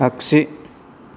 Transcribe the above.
आगसि